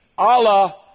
Allah